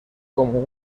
como